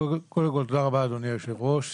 קודם כל, תודה רבה אדוני היושב ראש